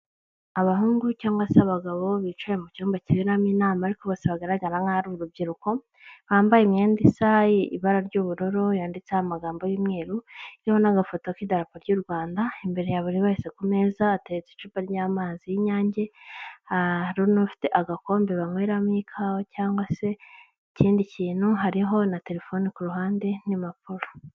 Abahungu cyangwa se abagabo bicaye mu cyumba kiberamo inama ariko bose bagaragara nkaho ari urubyiruko. Bambaye imyenda isa ibara ry'ubururu yanditseho amagambo y'umweru iriho n'agafoto, kidarapo ry'u Rwanda, imbere ya buri wese ku meza hateretse icupa ry'amazi y'inyange hari n'ufite agakombe banyweramo ikawa cyangwa se ikindi kintu, hariho na telefone ku ruhande n'impapuro.